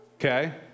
okay